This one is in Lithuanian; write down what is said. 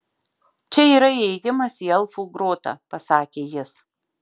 čia yra įėjimas į elfų grotą pasakė jis